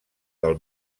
del